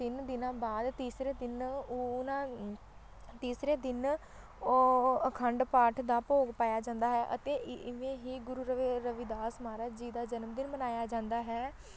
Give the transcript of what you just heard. ਤਿੰਨ ਦਿਨਾਂ ਬਾਅਦ ਤੀਸਰੇ ਤਿੰਨ ਉਹਨਾਂ ਤੀਸਰੇ ਦਿਨ ਉਹ ਅਖੰਡ ਪਾਠ ਦਾ ਭੋਗ ਪਾਇਆ ਜਾਂਦਾ ਹੈ ਅਤੇ ਇਵੇਂ ਹੀ ਗੁਰੂ ਰਵਿ ਰਵਿਦਾਸ ਮਹਾਰਾਜ ਜੀ ਦਾ ਜਨਮਦਿਨ ਮਨਾਇਆ ਜਾਂਦਾ ਹੈ